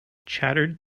chattered